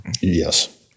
Yes